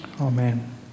Amen